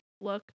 look